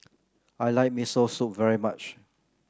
I like Miso Soup very much